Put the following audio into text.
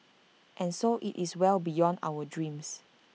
and so IT is well beyond our dreams